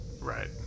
Right